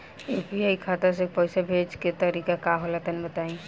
UPI खाता से पइसा भेजे के तरीका का होला तनि बताईं?